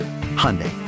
Hyundai